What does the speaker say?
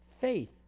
faith